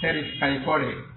satisfy করে